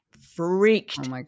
freaked